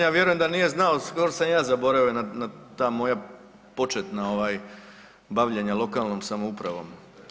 Ja vjerujem da nije znao, skoro sam i ja zaboravio na ta moja početna ovaj bavljenja lokalnom samoupravom.